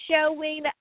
showing